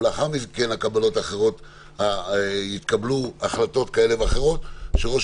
ולאחר מכן יתקבלו החלטות כאלה ואחרות כשראש